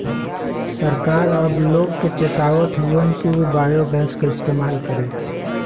सरकार अब लोग के चेतावत हउवन कि उ बायोगैस क इस्तेमाल करे